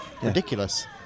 Ridiculous